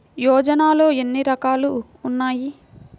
యోజనలో ఏన్ని రకాలు ఉన్నాయి?